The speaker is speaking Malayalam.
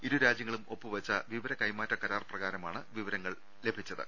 ഇരു രാജ്യങ്ങളും ഒപ്പു വെച്ച വിവര കൈമാറ്റ കരാർ പ്രകാരമാണ് വിവരങ്ങൾ ലഭ്യ മായത്